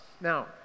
Now